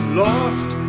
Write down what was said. lost